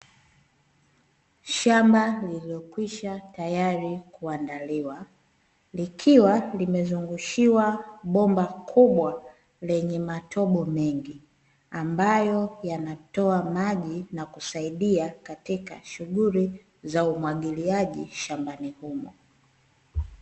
Shamba lililokwisha tayari kuandaliwa, likiwa limezungushiwa bomba kubwa lenye matobo mengi, ambayo yanatoa maji na kuasaidia katika shughuli za umwagiliaji shambani humo.